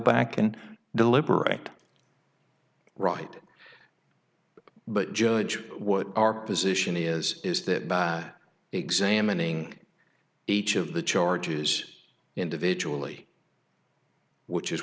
back and deliberate right but judge what our position is is that by examining each of the charges individually which is